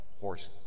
horse